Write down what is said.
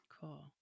Cool